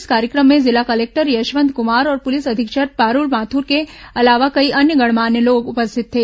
इस कार्यक्रम में जिला कलेक्टर यशवंत कुमार और पुलिस अधीक्षक पारूल माथुर के अलावा कई अन्य गणमान्य लोग उपस्थित थे